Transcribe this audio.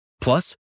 Plus